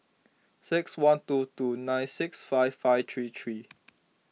six one two two nine six five five three three